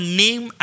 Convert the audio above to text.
name